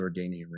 Jordanian